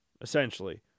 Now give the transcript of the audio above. essentially